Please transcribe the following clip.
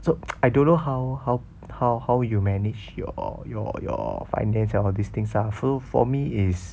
so I don't know how how how you manage your your your finance and all these things lah so for me is